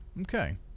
Okay